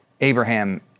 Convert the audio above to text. Abraham